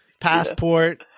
passport